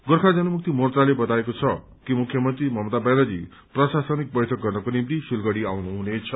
गोर्खा जनमुक्ति मोर्चाले बताएको छ कि मुख्यमन्त्री ममता ब्यानर्जी प्रशासनिक बैठक गर्नको निम्ति सिलगढी आउनुहुनेछ